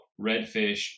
redfish